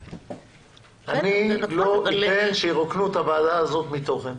אני לא אתן שירוקנו את הוועדה הזאת מתוכן.